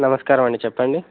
నమస్కారమండి చెప్పండి